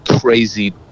crazy